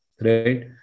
right